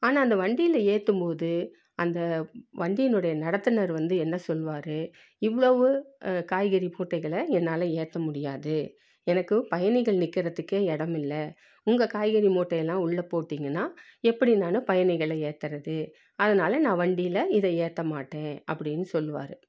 ஆனால் அந்த வண்டியில் ஏற்றும் போது அந்த வண்டியினுடைய நடத்துனர் வந்து என்ன சொல்வார் இவ்வளவு காய்கறி மூட்டைகளை என்னால் ஏற்ற முடியாது எனக்கு பயணிகள் நிற்குறதுக்கே இடம் இல்லை உங்கள் காய்கறி மூட்டை எல்லாம் உள்ளே போட்டீங்கன்னா எப்படி நான் பயணிகளை ஏற்றுறது அதனால நான் வண்டியில் இதை ஏற்ற மாட்டேன் அப்படினு சொல்வார்